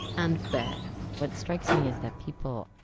and bear what strikes me is that people